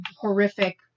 horrific